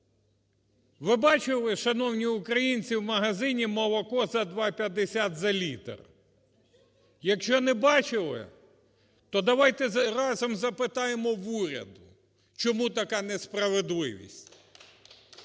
Ви бачили, шановні українці, в магазині молоко за 2,50 за літр. Якщо не бачили, то давайте разом запитаємо уряд: чому така несправедливість.